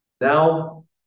Now